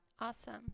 Awesome